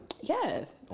Yes